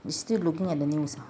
you still looking at the news ah